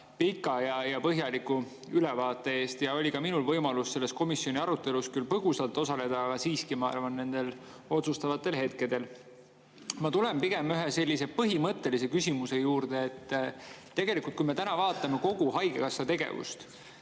pika ja põhjaliku ülevaate eest! Oli ka minul võimalus selles komisjoni arutelus põgusalt osaleda, aga ma arvan, et see oli nendel otsustavatel hetkedel. Ma tulen pigem ühe sellise põhimõttelise küsimuse juurde. Tegelikult, kui me täna vaatame kogu haigekassa tegevust,